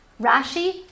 Rashi